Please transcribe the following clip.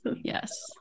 yes